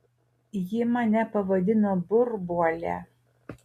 ji mane pavadino burbuole